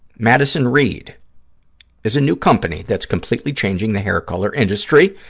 madison reed is a new company that's completely changing the hair-color industry,